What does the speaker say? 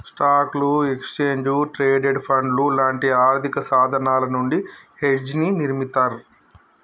స్టాక్లు, exchange traded ఫండ్లు లాంటి ఆర్థికసాధనాల నుండి హెడ్జ్ని నిర్మిత్తర్